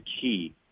key